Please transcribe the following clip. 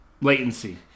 Latency